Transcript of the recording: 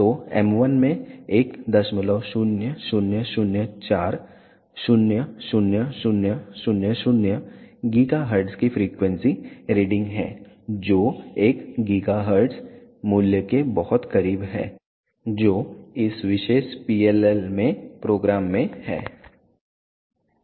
तो m1 में 1000400000 GHz की फ्रीक्वेंसी रीडिंग है जो 1 GHz मूल्य के बहुत करीब है जो इस विशेष PLL में प्रोग्राम में है